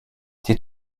der